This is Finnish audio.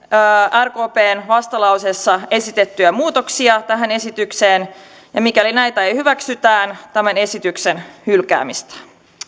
rkpn vastalauseessa esitettyjä muutoksia tähän esitykseen ja mikäli näitä ei hyväksytä tämän esityksen hylkäämistä